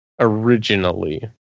originally